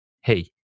hey